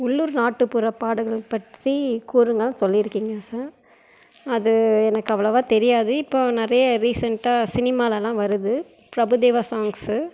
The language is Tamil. உள்ளூர் நாட்டுப்புற பாடல்கள் பற்றி கூறுங்கள்னு சொல்லியிருக்கீங்க சார் அது எனக்கு அவ்வளவா தெரியாது இப்போது நிறையா ரீசன்ட்டாக சினிமாலலாம் வருது பிரபுதேவா சாங்ஸு